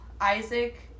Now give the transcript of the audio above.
Isaac